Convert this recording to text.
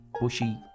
bushy